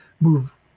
move